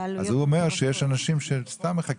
הוא אומר שיש אנשים שמחכים.